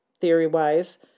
theory-wise